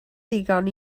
ddigon